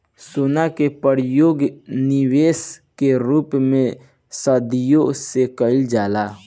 सोना के परयोग निबेश के रूप में सदियों से कईल जाला